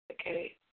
Okay